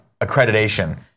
accreditation